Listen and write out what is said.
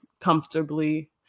comfortably